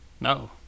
No